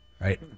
Right